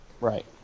Right